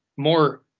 more